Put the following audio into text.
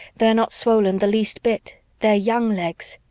they're not swollen the least bit. they're young legs.